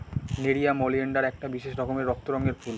nerium oleander একটা বিশেষ রকমের রক্ত রঙের ফুল